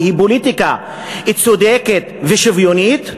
והיא פוליטיקה צודקת ושוויונית,